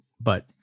but-